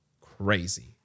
crazy